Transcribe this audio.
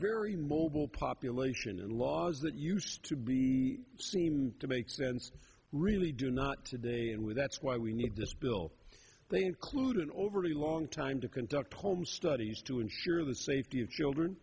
very mobile population and laws that used to be seem to make sense really do not today and with that's why we need this bill they include an overly long time to conduct home studies to ensure the safety of children